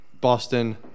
Boston